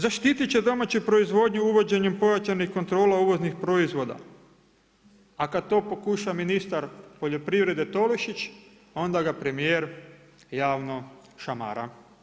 Zaštitit će domaću proizvodnju uvođenjem pojačanih kontrola uvoznih proizvoda, a kad to pokuša ministar poljoprivrede Tolušić onda ga premijer javno šamara.